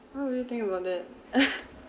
why would you think about that